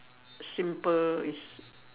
simple is